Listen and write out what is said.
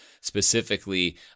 specifically